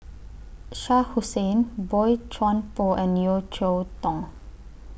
Shah Hussain Boey Chuan Poh and Yeo Cheow Tong